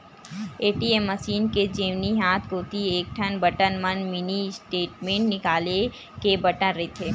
ATM machine के जेवनी हाथ कोती एकठन बटन म मिनी स्टेटमेंट निकाले के बटन रहिथे